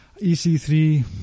EC3